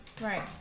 right